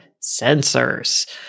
sensors